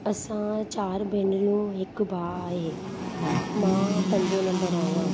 असां चारि भेनरियूं हिकु भाउ आहे मां पंजो नंबर आहियां